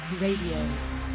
Radio